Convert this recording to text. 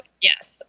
yes